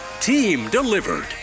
team-delivered